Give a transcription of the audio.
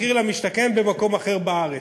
מחיר למשתכן במקום אחר בארץ.